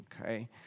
Okay